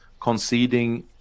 conceding